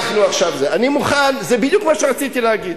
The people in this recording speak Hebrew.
זה בדיוק מה שרציתי להגיד,